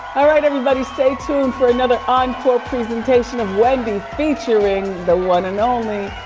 all right, everybody, stay tuned for another encore presentation of wendy, featuring the one and only,